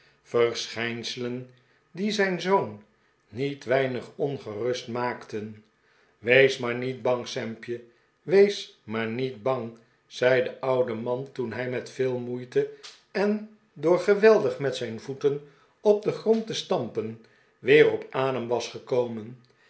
verschijnselen die zijn zoon niet weinig ongerust maakten wees maar niet bang sampje wees maar niet bang zei de oude man toen hij met veel moeite en door geweldig met zijn voeten op den grond te stampen weer op adem was gekomen